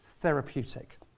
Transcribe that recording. therapeutic